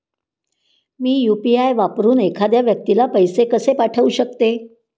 मी UPI वापरून एखाद्या व्यक्तीला पैसे कसे पाठवू शकते?